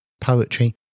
poetry